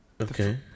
okay